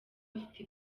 bafite